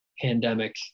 pandemic